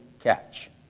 catch